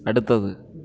அடுத்தது